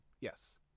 Yes